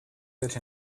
sit